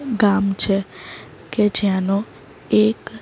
ગામ છે કે જ્યાંનો એક